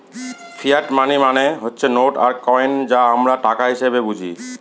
fiat money মানে হচ্ছে note আর কয়েন যা আমরা টাকা হিসেবে বুঝি